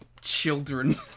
children